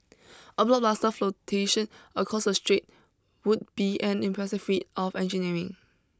a blockbuster flotation across the strait would be an impressive feat of engineering